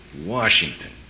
Washington